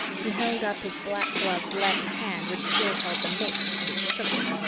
he held up his black-gloved left hand which still held the mate and he shook it.